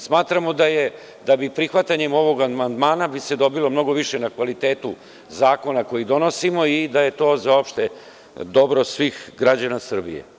Smatramo da bi se prihvatanjem ovog amandmana dobilo mnogo više na kvalitetu zakona koji donosimo i da je to za opšte dobro svih građana Srbije.